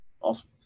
awesome